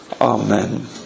amen